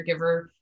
caregiver